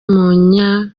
w’umunya